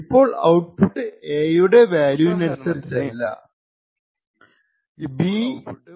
ഇപ്പോൾ output A യുടെ വാല്യൂനനുസരിച്ചല്ല ഇപ്പോൾ ഔട്ട്പുട്ട്